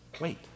wait